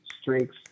strengths